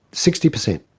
sixty percent.